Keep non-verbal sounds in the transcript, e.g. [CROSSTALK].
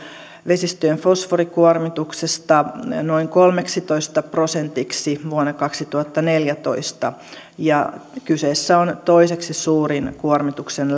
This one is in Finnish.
vesistöjen fosforikuormituksesta on arvioitu noin kolmeksitoista prosentiksi vuonna kaksituhattaneljätoista ja kyseessä on toiseksi suurin kuormituksen [UNINTELLIGIBLE]